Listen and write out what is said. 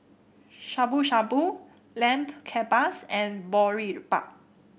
Shabu Shabu Lamb Kebabs and Boribap